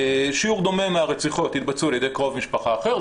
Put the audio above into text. שיעור דומה מהרציחות התבצעו על ידי בן משפחה אחר,